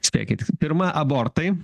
spėkit pirma abortai